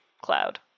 cloud